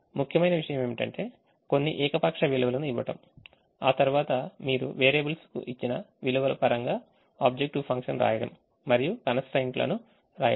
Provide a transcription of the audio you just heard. ముఖ్యమైన విషయం ఏమిటంటే కొన్ని ఏకపక్ష విలువలను ఇవ్వడం ఆ తర్వాత మీరు వేరియబుల్స్ కు ఇచ్చిన విలువల పరంగా ఆబ్జెక్టివ్ ఫంక్షన్ రాయండి మరియు constraints లను రాయండి